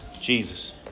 Jesus